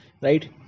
right